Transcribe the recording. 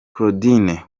claudine